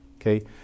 okay